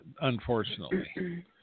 Unfortunately